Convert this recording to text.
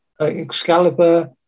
Excalibur